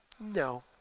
no